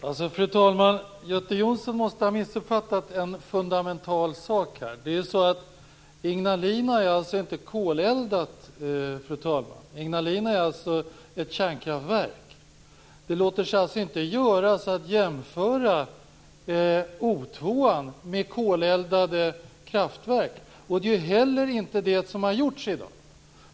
Fru talman! Göte Jonsson måste ha missuppfattat en fundamental sak. Ignalina är inte koleldat. Ignalina är ett kärnkraftverk. Det låter sig alltså inte göras att jämföra O 2 med koleldade kraftverk. Det är heller inte det som har gjorts i dag.